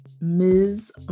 Ms